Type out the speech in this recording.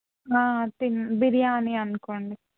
తిని బిర్యాని అనుకోండి